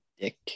dick